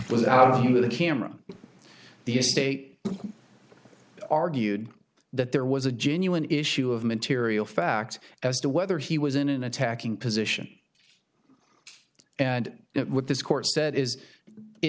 on the camera the estate argued that there was a genuine issue of material fact as to whether he was in an attacking position and with this court said is it